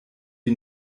die